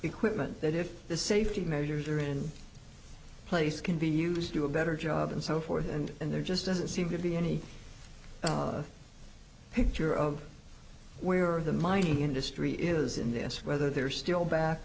equipment that if the safety measures are in place can be used do a better job and so forth and then there just doesn't seem to be any picture of where the mining industry is in this whether they're still back